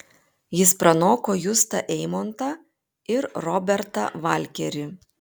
jis pranoko justą eimontą ir robertą valkerį